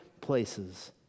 places